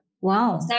wow